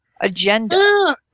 agenda